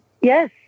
Yes